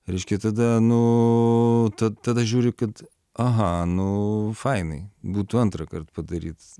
reiškia tada nu ta tada žiūri kad aha nu fainai būtų antrąkart padaryt